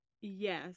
yes